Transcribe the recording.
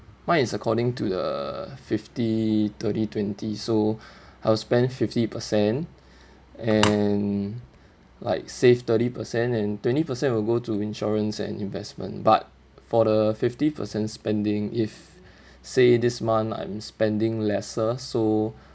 mine is according to the fifty thirty twenty so I'll spend fifty percent and like save thirty percent and twenty percent will go to insurance and investment but for the fifty percent spending if say this month I'm spending lesser so